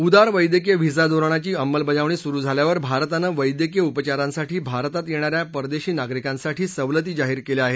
उदार वैद्यकीय व्हिसा धोरणाची अंमलबजावणी सुरु झाल्यावर भारतानं वैद्यकीय उपचारासाठी भारतात येणा या परदेशी नागरिकांसाठी सवलती जाहीर केल्या आहेत